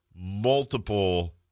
multiple